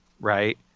right